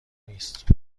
نیست